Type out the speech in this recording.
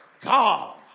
God